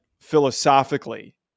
philosophically